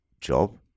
job